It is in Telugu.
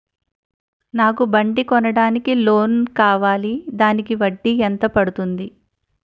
నాకు బండి కొనడానికి లోన్ కావాలిదానికి వడ్డీ ఎంత పడుతుంది?